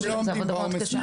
זה עבודה מאוד קשה.